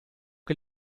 che